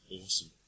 awesome